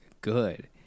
good